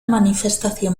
manifestación